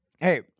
hey